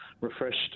refreshed